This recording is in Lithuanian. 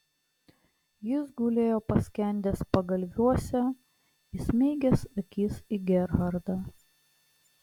jis gulėjo paskendęs pagalviuose įsmeigęs akis į gerhardą